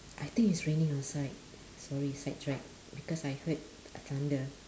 I think it's raining outside sorry sidetrack because I heard thunder